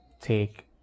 take